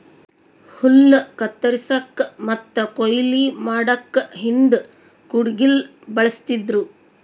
ಹುಲ್ಲ್ ಕತ್ತರಸಕ್ಕ್ ಮತ್ತ್ ಕೊಯ್ಲಿ ಮಾಡಕ್ಕ್ ಹಿಂದ್ ಕುಡ್ಗಿಲ್ ಬಳಸ್ತಿದ್ರು